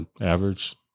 average